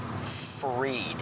freed